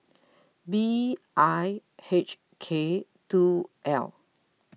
B I H K two L